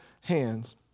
hands